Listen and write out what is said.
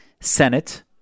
Senate